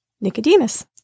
Nicodemus